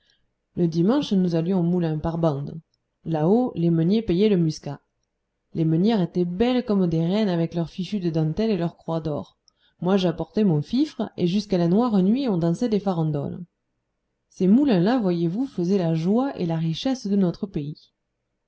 le dimanche nous allions aux moulins par bandes là-haut les meuniers payaient le muscat les meunières étaient belles comme des reines avec leurs fichus de dentelles et leurs croix d'or moi j'apportais mon fifre et jusqu'à la noire nuit on dansait des farandoles ces moulins là voyez-vous faisaient la joie et la richesse de notre pays